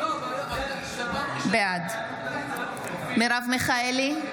בעד מרב מיכאלי,